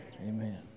Amen